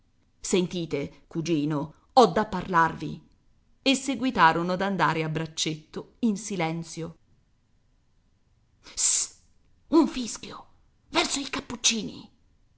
sentite cugino ho da parlarvi e seguitarono ad andare a braccetto in silenzio ssst un fischio verso i cappuccini